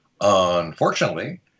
Unfortunately